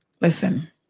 listen